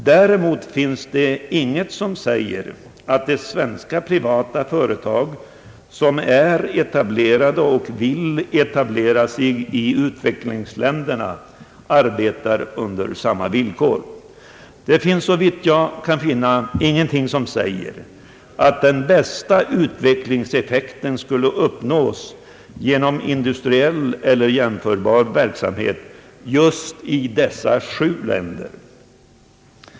Däremot finns det inget som säger att de svenska privata företag som är etablerade eller vill etablera sig i u-länder arbetar under samma villkor. Det finns såvitt jag kan förstå ingenting som säger att den bästa utvecklingseffekten skulle uppnås genom industriell eller jämförbar verksamhet i just dessa sju länder.